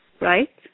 right